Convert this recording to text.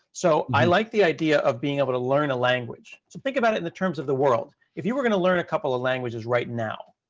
so i like the idea of being able to learn a language. so think about it in terms of the world. if you were gonna learn a couple of languages right now,